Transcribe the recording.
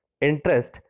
interest